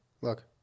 Look